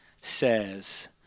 says